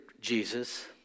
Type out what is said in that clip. Jesus